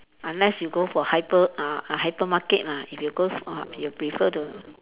unless you go for hyper uh uh hypermarket lah if you go for you prefer to